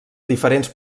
diferents